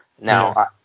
Now –